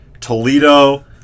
Toledo